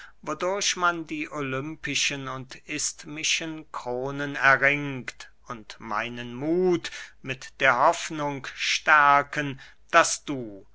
die olympischen und isthmischen kronen erringt und meinen muth mit der hoffnung stärken daß du